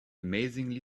amazingly